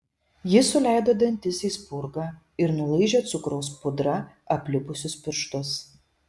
ji suleido dantis į spurgą ir nulaižė cukraus pudra aplipusius pirštus